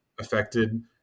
affected